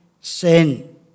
sin